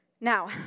Now